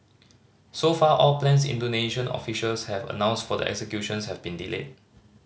so far all plans Indonesian officials have announced for the executions have been delayed